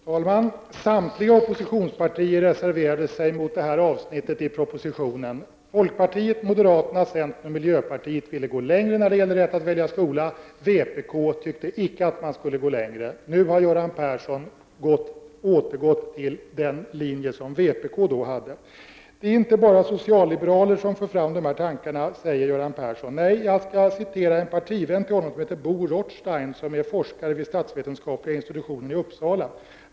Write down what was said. Herr talman! Samtliga oppositionspartier reserverade sig mot detta avsnitt i propositionen. Folkpartiet, moderaterna, centern och miljöpartiet ville gå längre när det gäller rätten att välja skola. Vpk tyckte icke att man skulle gå längre. Nu har Göran Persson anslutit sig till den linje som vpk då hade. Det är inte bara socialliberaler som för fram dessa tankar, säger Göran Persson. Nej, jag skall citera en partivän till honom vid namn Bo Rothstein, som är forskare vid statsvetenskapliga institutionen i Uppsala.